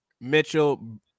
Mitchell